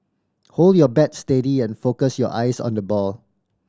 hold your bat steady and focus your eyes on the ball